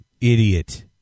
Idiot